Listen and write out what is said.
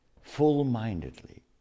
Full-mindedly